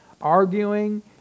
Arguing